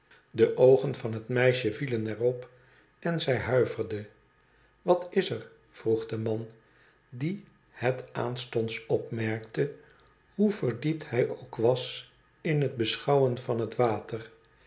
de oogen van het meisje vielen er op en zij huiverde twat is er vroeg de man die het aanstonds opmerkte hoe verdiept hij ook was in het beschouwen van het water